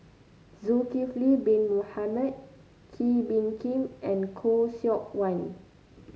Zulkifli Bin Mohamed Kee Bee Khim and Khoo Seok Wan